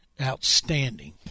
outstanding